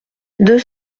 deux